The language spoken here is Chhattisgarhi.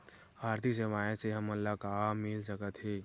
आर्थिक सेवाएं से हमन ला का मिल सकत हे?